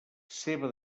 ceba